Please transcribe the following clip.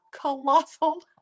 colossal